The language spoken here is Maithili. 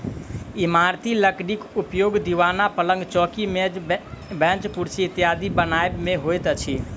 इमारती लकड़ीक उपयोग दिवान, पलंग, चौकी, मेज, बेंच, कुर्सी इत्यादि बनबय मे होइत अछि